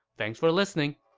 thanks for listening!